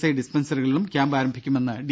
I ഡിസ്പെൻസറികളിലും camp ആരംഭിക്കുമെന്ന് D